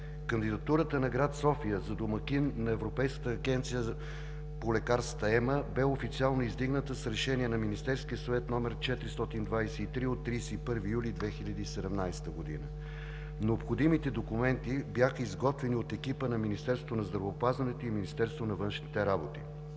Кандидатурата на град София за домакин на Европейската агенция по лекарства ЕМА бе официално издигната с Решение на Министерския съвет, № 429, от 31 юли 2017 г. Необходимите документи бяха изготвени от екипа на Министерството на здравеопазването и Министерството на външните работи.